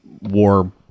war